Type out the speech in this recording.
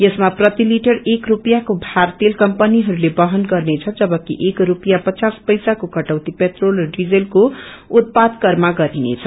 यसमा प्रतिलिटर एक रूपिसयाँको भार तेल कम्पनीहरूले बहन गर्नेछ जबकि एक रूपियाँ पचास पेसाको कऔती पेट्रोल र डिजलको उत्पाद करमा गरिनेछ